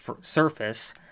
surface